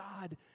God